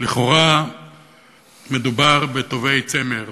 לכאורה מדובר בטווי צמר,